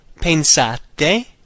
pensate